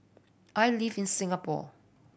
I live in Singapore